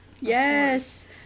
Yes